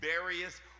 various